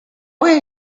way